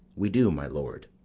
we do, my lord.